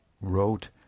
wrote